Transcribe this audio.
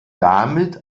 damit